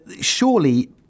surely